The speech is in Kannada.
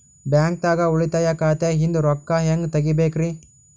ಬ್ಯಾಂಕ್ದಾಗ ಉಳಿತಾಯ ಖಾತೆ ಇಂದ್ ರೊಕ್ಕ ಹೆಂಗ್ ತಗಿಬೇಕ್ರಿ?